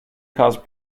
cause